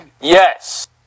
Yes